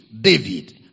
David